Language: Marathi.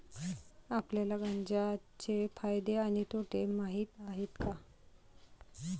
आपल्याला गांजा चे फायदे आणि तोटे माहित आहेत का?